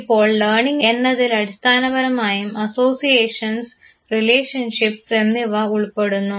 ഇപ്പോൾ ലേണിങ് എന്നതിൽ അടിസ്ഥാനപരമായും അസോസിയേഷൻസ് റിലേഷൻഷിപ്പ്സ് എന്നിവ ഉൾപ്പെടുന്നു